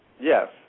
Yes